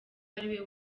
ariwe